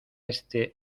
este